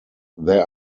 there